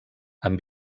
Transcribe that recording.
amb